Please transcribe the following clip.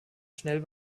schnell